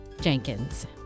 Jenkins